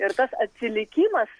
ir tas atsilikimas